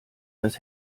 das